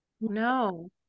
No